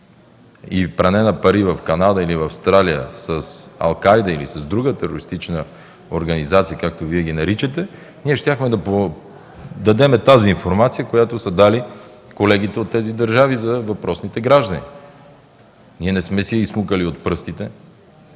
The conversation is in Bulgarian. и пране на пари в Канада или в Австралия с „Ал Кайда” или с друга терористична организация, както Вие ги наричате, ние щяхме да дадем тази информация, която са дали колегите от тези държави за въпросните граждани. Ние не сме си ги изсмукали от пръстите.